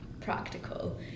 practical